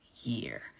year